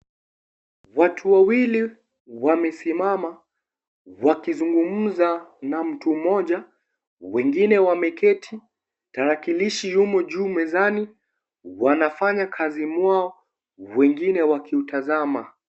Watu wawili wamesimama wakizungumza na mtu mmoja wengine wameketi tarakilishi yumo juu mezani wanafanya kazi mwao wengine wakiutazama